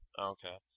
okay